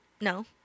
No